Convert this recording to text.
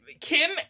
Kim